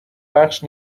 بخش